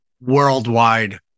worldwide